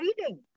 reading